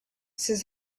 ses